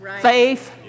Faith